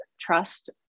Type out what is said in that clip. trust